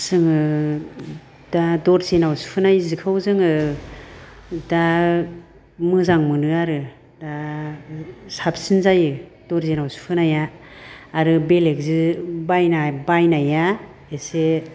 जोङो दा दर्जिनाव सुहोनाय जिखौ जोङो दा मोजां मोनो आरो दा साबसिन जायो दर्जिनाव सुहोनाया आरो बेलेग जि बायना बायनाया एसे